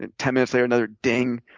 and ten minutes later, another ding.